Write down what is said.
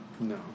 No